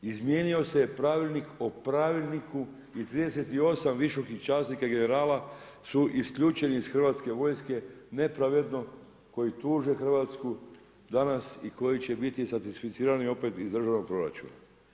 Izmijenio se je Pravilnik o pravilniku i 38 visokih časnika i generala su isključeni iz Hrvatske vojske nepravedno koji tuže Hrvatsku danas i koji će biti satisficirani opet iz državnog proračuna.